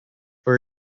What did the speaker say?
for